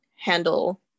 handle